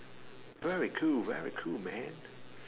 very cool very cool man